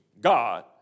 God